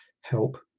help